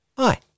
Hi